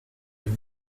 êtes